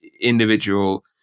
individual